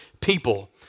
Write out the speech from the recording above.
people